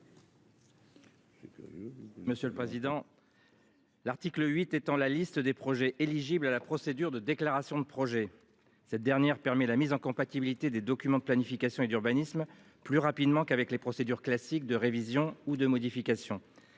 Monsieur le président. L'article 8 étant la liste des projets éligibles à la procédure de déclaration de projet. Cette dernière permet la mise en compatibilité des documents de planification et d'urbanisme plus rapidement qu'avec les procédures classiques de révision ou de modification.